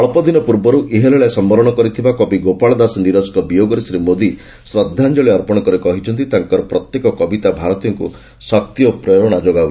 ଅଳ୍ପଦିନ ପୂର୍ବରୁ ଇହଲୀଳା ସମ୍ଭରଣ କରିଥିବା କବି ଗୋପାଳ ଦାସ ନିରଜଙ୍କ ବିୟୋଗରେ ଶ୍ରୀ ମୋଦି ଶ୍ରଦ୍ଧାଞ୍ଜଳି ଅର୍ପଣ କରି କହିଛନ୍ତି ତାଙ୍କର ପ୍ରତ୍ୟେକ କବିତା ଭାରତୀୟଙ୍କୁ ଶକ୍ତି ଓ ପ୍ରେରଣା ଯୋଗାଇଛି